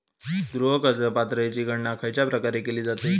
गृह कर्ज पात्रतेची गणना खयच्या प्रकारे केली जाते?